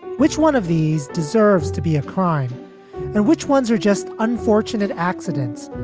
which one of these deserves to be a crime and which ones are just unfortunate accidents?